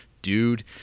dude